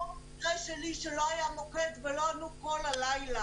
במקרה שלי, שלא היה מוקד ולא ענו כל הלילה.